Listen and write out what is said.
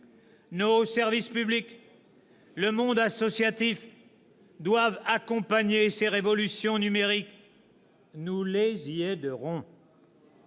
Nos services publics et le monde associatif doivent accompagner ces révolutions numériques. Nous les y aiderons.